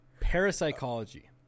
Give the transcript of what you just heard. parapsychology